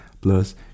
Plus